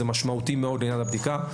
זה משמעותי מאוד לעניין הבדיקה.